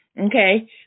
Okay